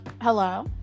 hello